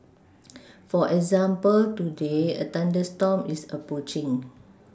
for example today a thunderstorm is approaching